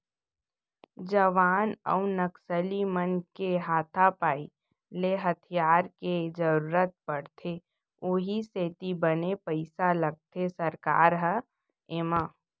जवान अउ नक्सली मन के हाथापाई ले हथियार के जरुरत पड़थे उहीं सेती बने पइसा लगाथे सरकार ह एमा